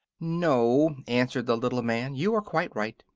no, answered the little man, you are quite right.